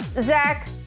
Zach